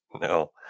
No